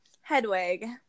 Hedwig